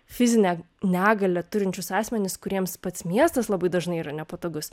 fizinę negalią turinčius asmenis kuriems pats miestas labai dažnai yra nepatogus